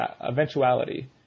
eventuality